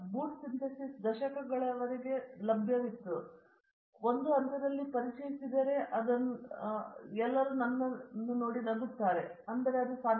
boot synthesis ದಶಕಗಳವರೆಗೆ ಒಂದಾಗಿದೆ ನಾನು ಅದನ್ನು ಒಂದು ಹಂತದಲ್ಲಿ ಪರಿಚಯಿಸಿದರೆ ಎಲ್ಲರೂ ನನ್ನನ್ನು ನಗುತ್ತಿದ್ದಾರೆ ಆದರೆ ಅದು ಸಾಧ್ಯ